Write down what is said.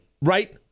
right